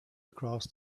across